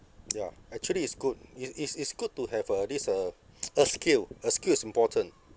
ya actually it's good it's it's it's good to have uh this uh a skill a skill is important